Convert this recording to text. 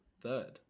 third